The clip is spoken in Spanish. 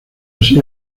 así